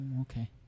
okay